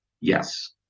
Yes